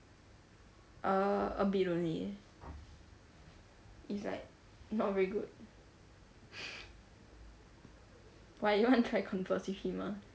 uh a bit only it's like not very good why you wanna try converse with him ah